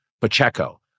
Pacheco